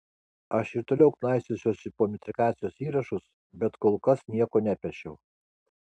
aš ir toliau knaisiosiuosi po metrikacijos įrašus bet kol kas nieko nepešiau